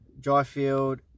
Dryfield